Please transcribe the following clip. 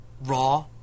Raw